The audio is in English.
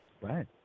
Right